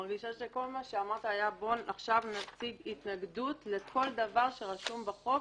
אני מרגישה שכל מה שאמרת היה על מנת להציג התנגדות לכל דבר שכתוב בחוק